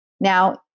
Now